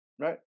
right